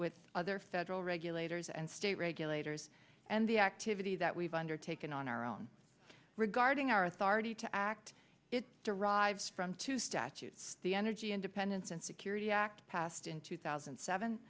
with other federal regulators and state regulators and the activity that we've undertaken on our own regarding our authority to act it derives from two statutes the energy independence and security act passed in two thousand seven